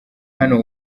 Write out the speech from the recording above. hano